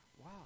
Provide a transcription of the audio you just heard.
Wow